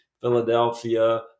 Philadelphia